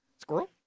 Squirrel